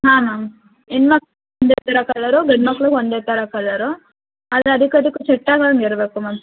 ಹಾಂ ಮ್ಯಾಮ್ ಹೆಣ್ಮ ಬೇರೆ ಬೇರೆ ಕಲರು ಗಂಡು ಮಕ್ಳಿಗೆ ಒಂದೇ ಥರ ಕಲರು ಆದರೆ ಅದಕ್ಕೆ ಅದಕ್ಕೂ ಸೆಟ್ಟಾಂಗಾಂಗೆ ಇರಬೇಕು ಮ್ಯಾಮ್